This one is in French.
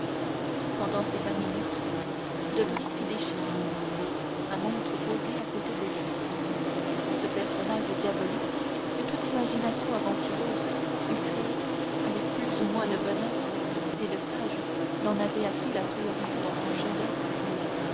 pendant ces vingt minutes debray fit des chiffres sa montre posée à côté de lui ce personnage diabolique que toute imagination aventureuse eût créé avec plus ou moins de bonheur si le sage n'en avait acquis la propriété dans son chef-d'oeuvre